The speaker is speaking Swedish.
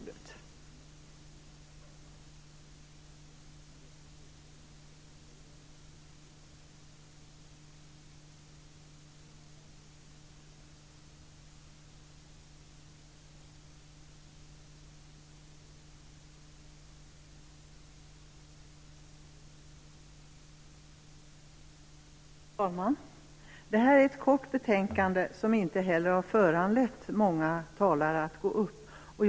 Detta är ett kort betänkande, som inte har föranlett många talare att gå upp i debatten.